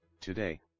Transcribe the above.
Today